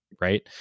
Right